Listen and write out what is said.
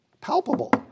Palpable